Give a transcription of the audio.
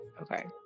Okay